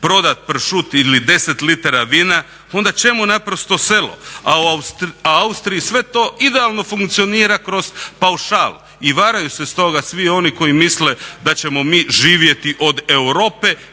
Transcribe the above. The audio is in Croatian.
prodati pršut ili 10 litara vina onda čemu naprosto selo? A u Austriji sve to idealno funkcionira kroz paušal. I varaju se stoga svi oni koji misle da ćemo mi živjeti od Europe